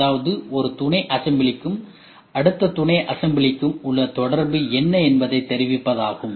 அதாவது ஒரு துணை அசம்பிளிக்கும் அடுத்த துணை அசம்பிளிக்கும் உள்ள தொடர்பு என்ன என்பதை தெரிவிப்பதாகவும்